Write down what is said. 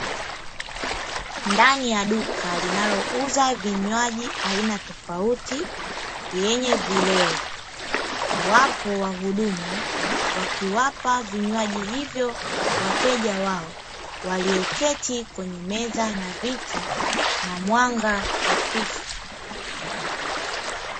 Ndani ya duka linalouza vinywaji vya aina tofauti vyenye vileo wapo wahudumu wakiwapa vinywaji hivyo wateja wao, walioketi kwenye meza na viti na mwanga hafifu.